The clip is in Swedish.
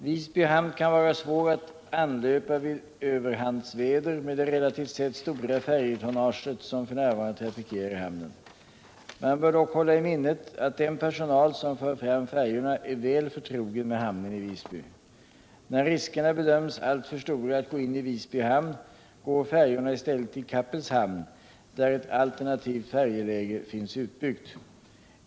Visby hamn kan vara svår att anlöpa vid överhandsväder med det relativt sett stora färjetonnaget, som f. n. trafikerar hamnen. Man bör dock hålla i minnet att den personal som för fram färjorna är väl förtrogen med hamnen i Visby. När riskerna bedöms alltför stora att gå in i Visby hamn går färjorna i stället till Kappelshamn, där ett alternativt färjeläge finns utbyggt.